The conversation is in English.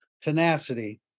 tenacity